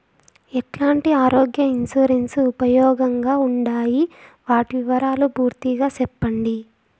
ఎట్లాంటి ఆరోగ్య ఇన్సూరెన్సు ఉపయోగం గా ఉండాయి వాటి వివరాలు పూర్తిగా సెప్పండి?